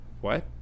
What